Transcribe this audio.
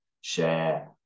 share